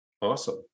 Awesome